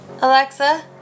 Alexa